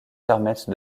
permettent